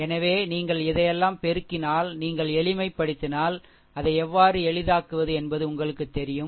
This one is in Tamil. எனவே நீங்கள் இதையெல்லாம் பெருக்கினால் நீங்கள் எளிமைப்படுத்தினால் அதை எவ்வாறு எளிதாக்குவது என்பது உங்களுக்குத் தெரியும்